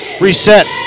Reset